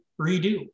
redo